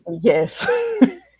Yes